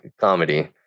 comedy